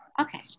Okay